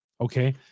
okay